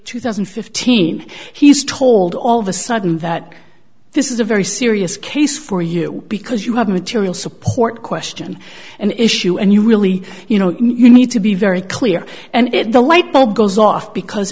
two thousand and fifteen he's told all the sudden that this is a very serious case for you because you have material support question and issue and you really you know you need to be very clear and the light bulb goes off because